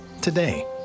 today